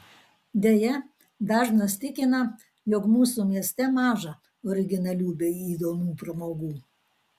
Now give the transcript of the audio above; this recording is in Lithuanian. deja dažnas tikina jog mūsų mieste maža originalių bei įdomių pramogų